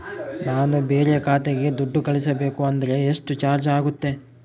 ನಾನು ಬೇರೆ ಖಾತೆಗೆ ದುಡ್ಡು ಕಳಿಸಬೇಕು ಅಂದ್ರ ಎಷ್ಟು ಚಾರ್ಜ್ ಆಗುತ್ತೆ?